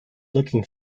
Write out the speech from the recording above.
looking